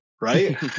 Right